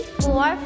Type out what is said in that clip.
four